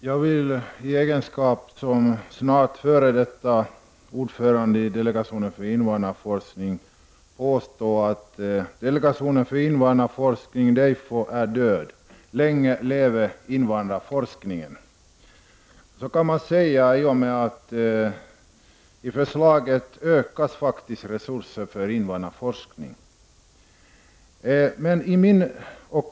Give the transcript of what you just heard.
Herr talman! Snart är jag f.d. ordförande i delegationen för invandrarforskning, DEIFO. I denna min egenskap vill jag påstå att delegationen är död. Men länge leve invandrarforskningen! Detta kan man säga i och med att resurserna till invandrarforskningen genom det aktuella förslaget faktiskt blir större.